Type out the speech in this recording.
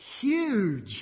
huge